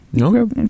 Okay